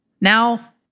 Now